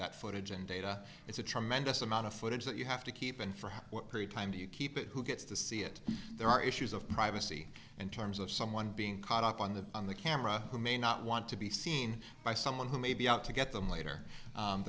that footage and data it's a tremendous amount of footage that you have to keep and for what period time do you keep it who gets to see it there are issues of privacy in terms of someone being caught up on the on the camera who may not want to be seen by someone who may be out to get them later